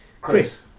Chris